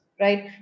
right